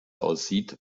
aussieht